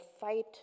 fight